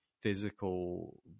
physical